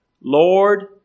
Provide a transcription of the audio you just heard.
Lord